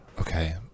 Okay